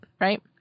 right